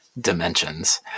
dimensions